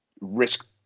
risk